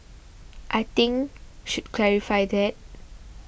I think should clarify that